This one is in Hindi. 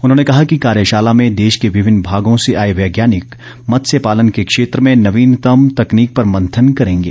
उन्होंने कहा कि कार्यशाला में देश के विभिन्न भागों से आए वैज्ञानिक मत्स्य पालन के क्षेत्र में नवीनतम तकनीक पर मंथन करेंगे